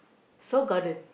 Seoul-Garden